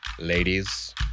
Ladies